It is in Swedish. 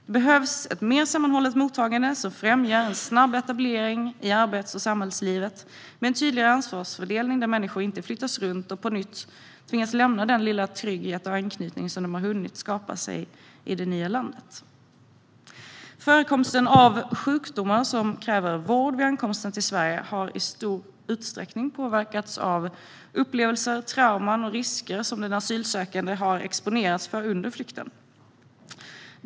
Det behövs ett mer sammanhållet mottagande som främjar en snabb etablering i arbets och samhällslivet och en tydligare ansvarsfördelning där människor inte flyttas runt och på nytt tvingas lämna den lilla trygghet eller anknytning de har hunnit skapa sig i det nya landet. Förekomsten av sjukdomar som kräver vård vid ankomsten till Sverige har i stor utsträckning påverkats av upplevelser, trauman och risker som den asylsökande har exponerats för under flykten.